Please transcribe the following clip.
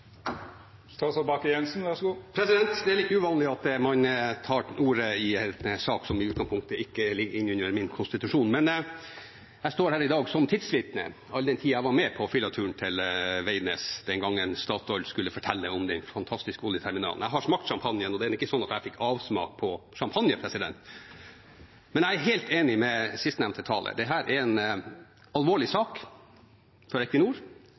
litt uvanlig at man tar ordet i en sak som i utgangspunktet ikke ligger under ens konstitusjon, men jeg står her i dag som tidsvitne, all den tid jeg var med på «fylleturen» til Veidnes den gangen Statoil skulle fortelle om den fantastiske oljeterminalen. Jeg smakte på champagnen. Det er ikke sånn at jeg har fått avsmak på champagne, men jeg er helt enig med sistnevnte taler: Dette er en alvorlig sak for